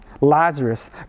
Lazarus